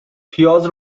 پیاز